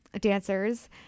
dancers